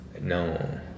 no